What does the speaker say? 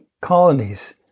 colonies